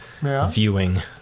viewing